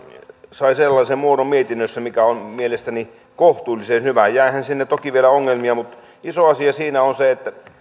sellaisen muodon mikä on mielestäni kohtuullisen hyvä jäihän sinne toki vielä ongelmia mutta iso asia siinä on